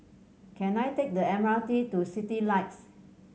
can I take the M R T to Citylights